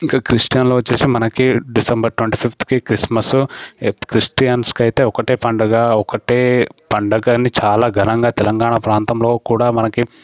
ఇంకా క్రిస్టియన్లో వచ్చేసి మనకి డిసెంబర్ ట్వంటీ ఫిఫ్త్కి క్రిస్మస్ క్రిస్టియన్స్కి అయితే ఒకటే పండగ ఒకటే పండగని చాలా ఘనంగా తెలంగాణ ప్రాంతంలో కూడా మనకి